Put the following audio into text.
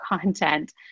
content